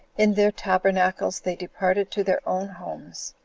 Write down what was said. in their tabernacles, they departed to their own homes,